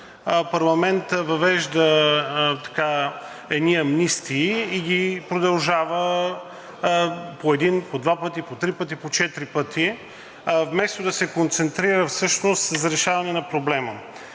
парламентът въвежда едни амнистии и ги продължава по един, по два пъти, по три пъти, по четири пъти, вместо да се концентрира всъщност за решаване на проблема.